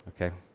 Okay